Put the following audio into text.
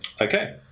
Okay